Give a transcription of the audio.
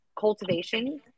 cultivation